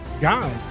guys